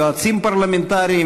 יועצים פרלמנטריים,